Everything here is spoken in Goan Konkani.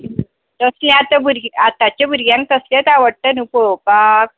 तसलें आतां भुरगीं आतां आताच्यां भुरग्यांक तसलेंच आवडटा नू पळोवपाक